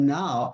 now